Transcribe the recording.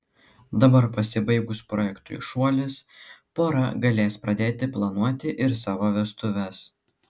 dabar pasibaigus projektui šuolis pora galės pradėti planuoti ir savo vestuves